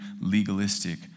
legalistic